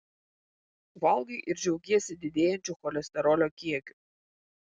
valgai ir džiaugiesi didėjančiu cholesterolio kiekiu